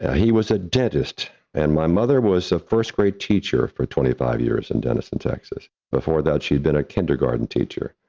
he was a dentist, and my mother was a first-grade teacher for twenty five years in denison, texas. before that, she had been a kindergarten teacher.